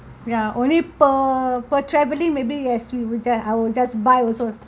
yah only per per traveling maybe yes we would just I would just buy also